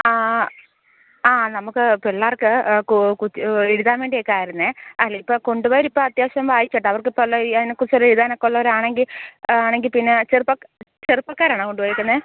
ആ ആ ആ നമുക്ക് പിള്ളേർക്ക് കു കുതി എഴുതാൻ വേണ്ടിയൊക്കെയായിരുന്നു അല്ല ഇപ്പോൾ കൊണ്ടുപോയവർ ഇപ്പം അത്യാവശ്യം വായിക്കട്ട് അവർക്കിപ്പൊള്ളൊരു അതിനെക്കുറിച്ച് എഴുതാനൊക്കെ ഉള്ളവരാണെങ്കിൽ ആണെങ്കിൽ പിന്നെ ചെറുപ്പം ചെറുപ്പക്കാരാണോ കൊണ്ടുപോയേക്കുന്നത്